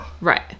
Right